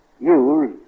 use